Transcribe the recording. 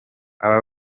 aba